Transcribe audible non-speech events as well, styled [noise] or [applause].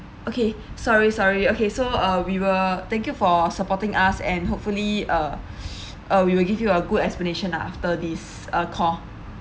okay [breath] sorry sorry okay so uh we will thank you for supporting us and hopefully uh [breath] uh we will give you a good explanation lah after this uh call